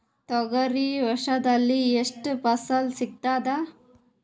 ತೊಗರಿ ವರ್ಷದಲ್ಲಿ ಎಷ್ಟು ಫಸಲ ಸಿಗತದ?